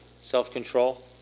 self-control